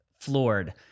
floored